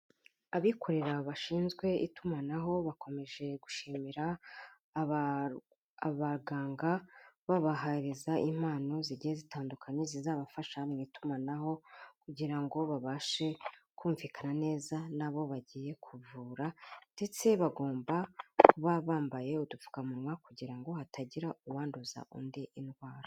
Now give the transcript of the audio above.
Abikorera bashinzwe itumanaho bakomeje gushimira abaganga babahereza impano zigiye zitandukanye zizabafasha mu itumanaho kugira ngo babashe kumvikana neza n'abo bagiye kuvura, ndetse bagomba kuba bambaye udupfukamunwa kugira ngo hatagira uwanduza undi indwara.